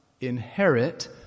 Inherit